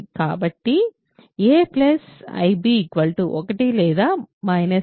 కాబట్టి a ib 1 లేదా i